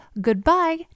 goodbye